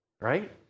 right